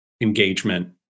engagement